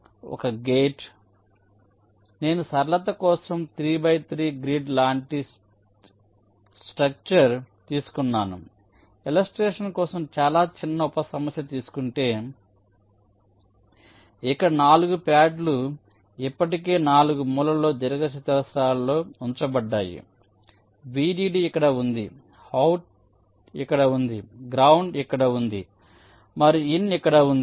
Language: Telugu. కాబట్టి నేను సరళత కోసం త్రీ బై త్రీ గ్రిడ్ లాంటిస్ట్రక్చర్ తీసుకున్నాను ఇలస్ట్రేషన్ కోసం చాలా చిన్న ఉప సమస్య తీసుకుంటే ఇక్కడ నాలుగు ప్యాడ్లు ఇప్పటికే నాలుగు మూలలో దీర్ఘచతురస్రాల్లో ఉంచబడ్డాయి Vdd ఇక్కడ ఉంది అవుట్ ఇక్కడ ఉంది గ్రౌండ్ ఇక్కడ ఉంది మరియు ఇన్ ఇక్కడ ఉంది